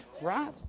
right